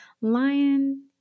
Lion